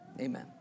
Amen